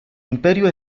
imperio